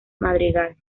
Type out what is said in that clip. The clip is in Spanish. madrigal